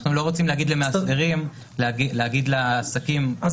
אנחנו לא רוצים להגיד למאסדרים להגיד לעסקים --- אז